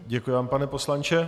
Děkuji vám, pane poslanče.